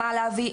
מה להביא,